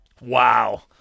Wow